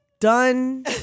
Done